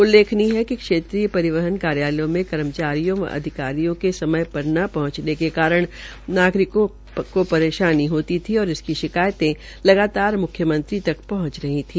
उल्लेखनीय है कि क्षेत्रीय परिहवन कार्यालयों में कर्मचारियों व अधिकारियों के समय पर न पहुंचने के कारण नागरिक परेशान थे और इसकी शिकायतें लगातार मुख्यमंत्री तक पहुंच रही थी